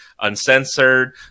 uncensored